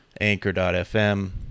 Anchor.fm